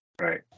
right